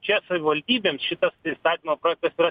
čia savivaldybėms šitas įstatymo projektas yra